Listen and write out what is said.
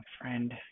friend